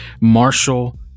Marshall